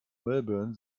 melbourne